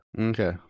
Okay